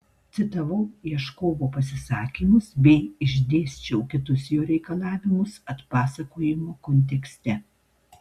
citavau ieškovo pasisakymus bei išdėsčiau kitus jo reikalavimus atpasakojimo kontekste